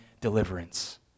deliverance